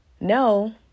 No